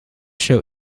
show